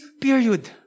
period